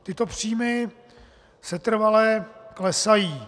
Tyto příjmy setrvale klesají.